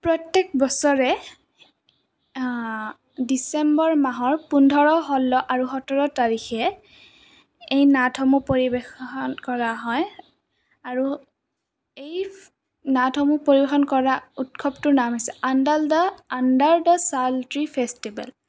প্ৰত্যেক বছৰে ডিচেম্বৰ মাহৰ পোন্ধৰ ষোল্ল আৰু সোতৰ তাৰিখে এই নাটসমূহ পৰিৱেশন কৰা হয় আৰু এই নাটসমূহ পৰিৱেশন কৰা উৎসৱটোৰ নাম হৈছে under the sal tree festival